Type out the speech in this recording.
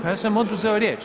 Ja sam oduzeto riječ.